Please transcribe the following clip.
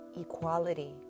equality